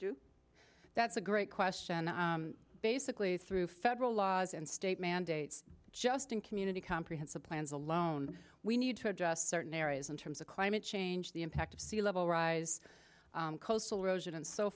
do that's a great question basically through federal laws and state mandates just in community comprehensive plans alone we need to address certain areas in terms of climate change the impact of sea level rise coastal erosion and so